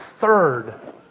third